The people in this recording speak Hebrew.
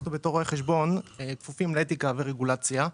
אנחנו כרואי חשבון כפופים לאתיקה ורגולציה,